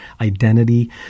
identity